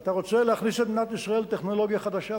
שאתה רוצה להכניס למדינת ישראל טכנולוגיה חדשה,